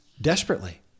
desperately